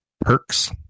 perks